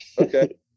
okay